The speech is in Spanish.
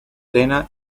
arena